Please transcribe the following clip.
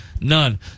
None